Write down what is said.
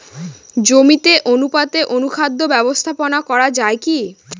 জমিতে অনুপাতে অনুখাদ্য ব্যবস্থাপনা করা য়ায় কি?